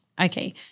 Okay